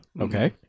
Okay